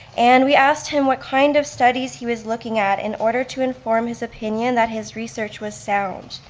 and we asked him what kind of studies he was looking at in order to inform his opinion that his research was sound.